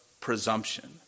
presumption